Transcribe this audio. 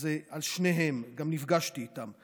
אז על שניהם, גם נפגשתי איתם.